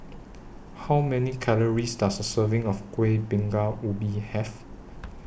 How Many Calories Does A Serving of Kuih Bingka Ubi Have